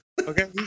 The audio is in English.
Okay